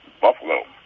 Buffalo